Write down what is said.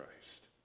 Christ